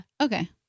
okay